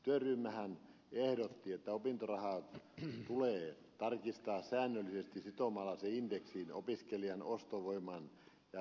työryhmähän ehdotti että opintorahaa tulee tarkistaa säännöllisesti sitomalla se indeksiin opiskelijan ostovoiman ja vähimmäistoimeentulon turvaamiseksi